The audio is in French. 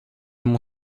mon